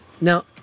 Now